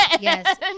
Yes